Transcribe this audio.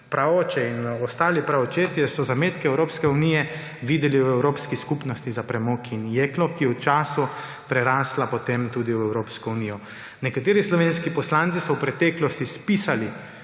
praoče, in ostali praočetje so zametke Evropske unije videli v Evropski skupnosti za premog in jeklo, ki je v času prerastla potem tudi v Evropsko unijo. Nekateri slovenski poslanci so v preteklosti spisali